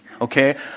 okay